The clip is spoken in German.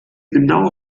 genau